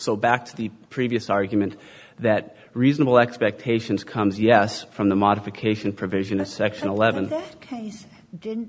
so back to the previous argument that reasonable expectations comes yes from the modification provision a section eleven didn't